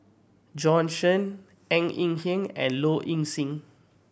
Bjorn Shen Ng Eng Hen and Low Ing Sing